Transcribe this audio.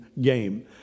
game